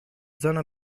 zona